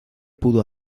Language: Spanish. pudo